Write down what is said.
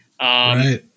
Right